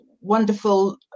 wonderful